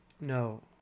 No